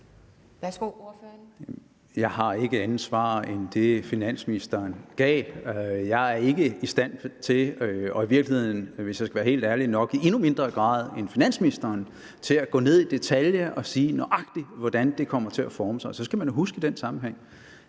Jeg har ikke andet svar end det, finansministeren gav. Jeg er ikke og i virkeligheden, hvis jeg skal være helt ærlig, nok i endnu mindre grad end finansministeren i stand til at gå ned i detaljen og sige, nøjagtig hvordan det kommer til at forme sig. Så skal man jo i den sammenhæng